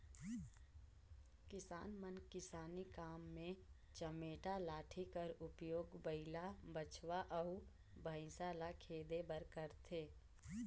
किसान मन किसानी काम मे चमेटा लाठी कर उपियोग बइला, बछवा अउ भइसा ल खेदे बर करथे